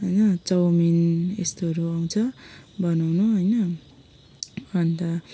होइन चाउमिन यस्तोहरू आउँछ बनाउनु होइन अन्त